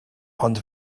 ond